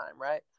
right